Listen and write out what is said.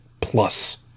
plus